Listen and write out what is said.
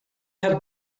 had